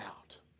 out